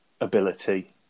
ability